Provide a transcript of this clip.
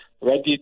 ready